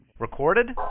Recorded